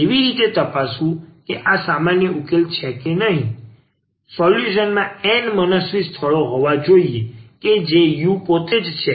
કેવી રીતે તપાસવું કે આ એક સામાન્ય સોલ્યુશન છે કે નહીં સોલ્યુશનમાં એન મનસ્વી સ્થળો હોવા જોઈએ કે જે u પોતે જ છે